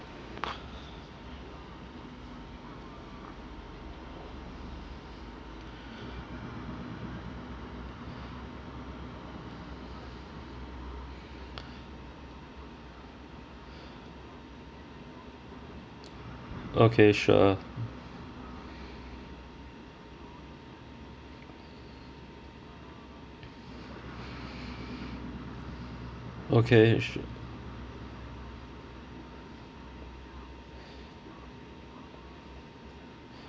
okay sure okay